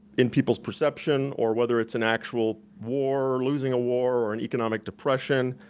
in people's perception or whether it's an actual war, or losing a war or an economic depression.